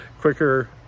quicker